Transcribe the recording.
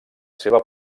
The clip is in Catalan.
seva